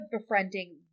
befriending